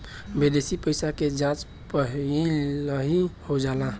विदेशी पइसा के जाँच पहिलही हो जाला